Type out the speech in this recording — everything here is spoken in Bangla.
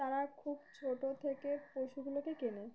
তারা খুব ছোটো থেকে পশুগুলোকে কেনে